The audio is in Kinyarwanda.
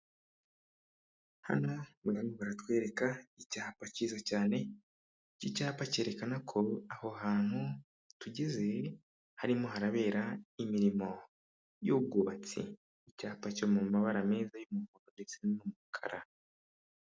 Hano barimo baratwereka icyapa cyiza cyane, iki cyapa cyerekana ko aho hantu tugeze harimo harabera imirimo y'ubwubatsi. Icyapa cyo mu mabara meza y'umuhondo ndetse n'umukara.